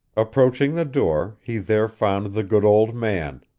approaching the door, he there found the good old man,